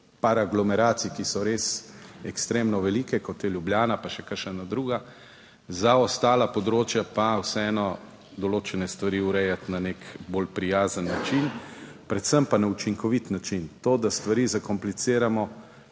par aglomeracij, ki so res ekstremno velike, kot je Ljubljana pa še kakšna druga, za ostala področja pa vseeno določene stvari urejati na nek bolj prijazen način, predvsem pa na učinkovit način. To, da stvari zakompliciramo,